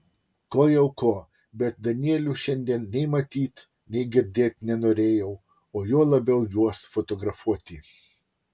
ko jau ko bet danielių šiandien nei matyt nei girdėt nenorėjau o juo labiau juos fotografuoti